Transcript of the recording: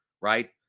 right